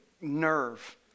nerve